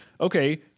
okay